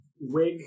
wig